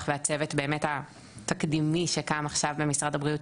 והצוות באמת התקדימי שקם עכשיו במשרד הבריאות,